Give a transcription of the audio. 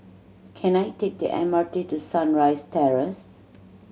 can I take the M R T to Sunrise Terrace